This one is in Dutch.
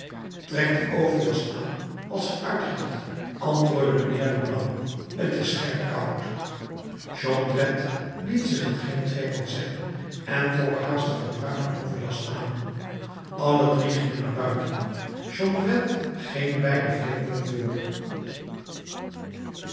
trek die overjas aan als ge uitgaat antwoordde mijnheer leblanc t is scherp koud jondrette liet het zich geen tweemaal zeggen en trok haastig de bruine overjas aan alle drie gingen naar buiten jondrette ging beide vreemden voor